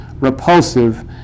repulsive